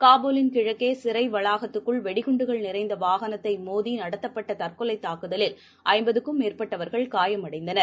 காபூலின் கிழக்கேசிறைவளாகத்துக்குள் வெடிகுண்டுகள் நிறைந்தவாகனத்தைமோதிநடத்தப்பட்டதற்கொலைத் தாக்குதலில் ஐம்பதுக்கும் மேற்பட்டவர்கள் காயமடைந்தனர்